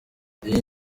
iyi